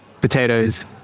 potatoes